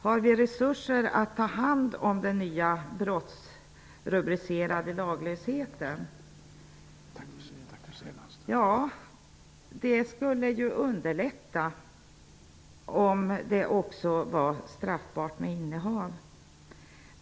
Har vi resurser att ta hand om den nya brottsrubricerade laglösheten? Det skulle ju underlätta om det var straffbart med innehav.